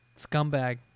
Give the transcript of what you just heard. scumbag